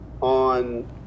on